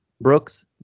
Brooks